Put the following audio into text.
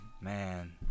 man